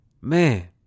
Man